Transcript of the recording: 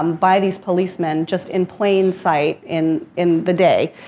um by these policemen, just in plain sight in, in the day.